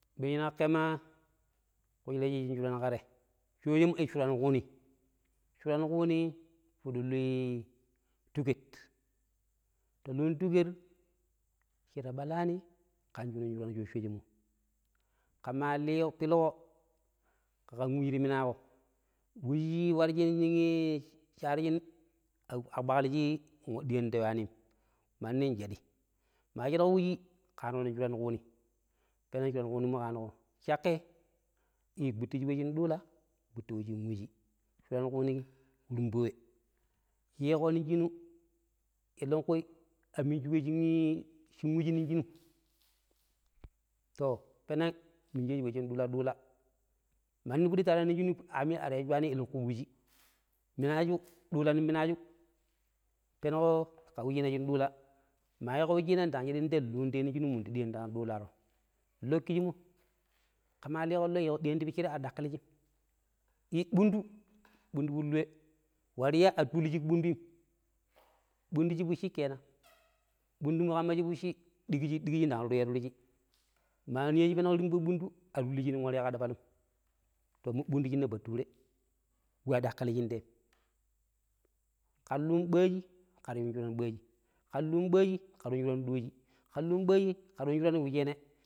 shoshen ii shuran kwinii shuran kwini piɗi lui tuƙeet, shira yun tuƙeet shira yun tuƙeeet ƙan shira ɓalanii, ƙama li pilƙo ƙeƙar we shi warshi aɓalshim mu ƙar diyan ta yuwanim manni shaɗii ma shəɗƙo wuchi ƙan shura kwinii, shəƙƙai gbuttishi we shin ɗula ngbutto we shin wuchi shura kwini rimbo we. shi weƙo nog shinu ƙeleƙu a minjiiwe shin wuci nog shinum, to peneg minjeshu we shin ɗula-ɗula, madi piɗi ta warani nog shinu aamia iya swanim ƙelanku yeii wuci, minashu ɗula nog minashu penƙo shishe shu we shin ɗula, ma yiƙo chinaa ndang shaɗi luun ta yeimundi ɗerota yu ɗula ro, loo ƙisshimmo ƙe ma liƙon loo ta yei yiƙo ɗiyan ti piccirei a ɗaƙƙiljim ii ɓundu ii ɓundu piɗi lu we, warya a ta tulo shig ɓunduim ɓundumu shi kenen ƙamma shi fucci ɗigshi- ɗigshindang turu yei- turjii, ma ninya shi penuƙo rimbo ɓundu a tuli shi nok warya ƙa ɗapalum ta ma ummo ɓudu shinna shinna bature we a ɗaƙƙilshin teeim ƙen lu ɓajii, ƙen luun ƙe ta ƙen luum ɓajii ƙe ta wani ɓajii, ƙen luun ɓajii ƙen luun ɗojii, ƙen luun ƙe ta yun shura we shenee.